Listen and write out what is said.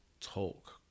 talk